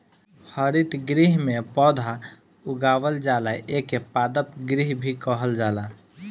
हरितगृह में पौधा उगावल जाला एके पादप गृह भी कहल जाला